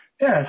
Yes